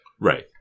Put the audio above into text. right